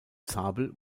zabel